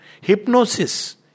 Hypnosis